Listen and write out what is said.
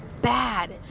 bad